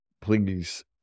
Please